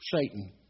Satan